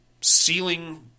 ceiling